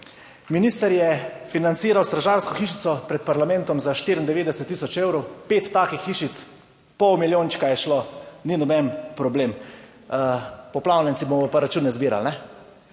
minister je financiral stražarsko hišico pred parlamentom za 94 tisoč evrov, pet takih hišic, pol milijončka je šlo, ni noben problem. Poplavljenci bomo pa račune zbirali. To